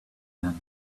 then